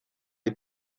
les